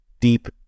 deep